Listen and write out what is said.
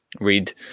read